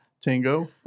tango